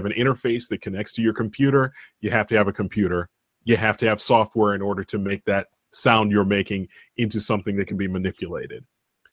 have an interface that connects to your computer you have to have a computer you have to have software in order to make that sound you're making into something that can be manipulated